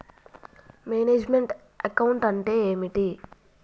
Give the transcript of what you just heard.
Manage meant account అంటే ఏమిటి?